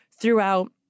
throughout